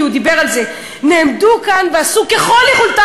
אחרי שנים שתמיד נותנים שכר דומה,